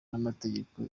n’amategeko